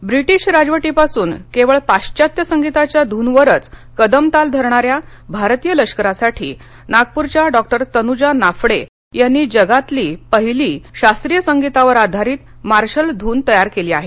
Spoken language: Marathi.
केळकर ब्रिटिश राजवटीपासून पाश्वात्य संगिताच्या धुनवरच कदमताल धरणार्या भारतीय लष्करासाठी नागपुरच्या डॉक्टर तनुजा नाफडे यांनी जगातील पहिली शास्त्रीय संगीतावर आधारित मार्शल धून तयार केली आहे